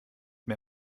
mir